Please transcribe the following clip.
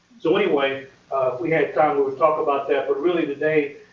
so anyway, if we had time, we would talk about that. but really today,